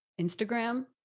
Instagram